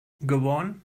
gabon